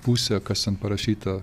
pusę kas ten parašyta